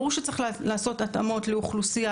ברור שצריך לעשות התאמות לאוכלוסייה,